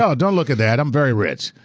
ah don't look at that, i'm very rich.